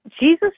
Jesus